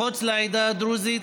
מחוץ לעדה הדרוזית,